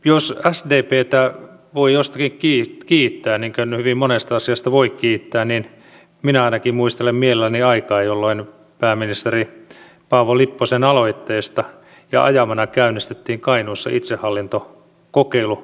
jos sdptä voi jostakin kiittää niin kuin hyvin monesta asiasta voi kiittää niin minä ainakin muistelen mielelläni aikaa jolloin pääministeri paavo lipposen aloitteesta ja ajamana käynnistettiin kainuussa itsehallintokokeilu